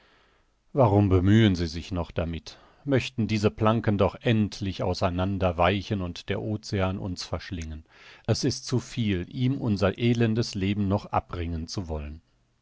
warum bemühen sie sich noch damit möchten diese planken doch endlich auseinander weichen und der ocean uns verschlingen es ist zu viel ihm unser elendes leben noch abringen zu wollen